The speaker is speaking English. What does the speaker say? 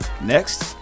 Next